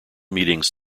meetings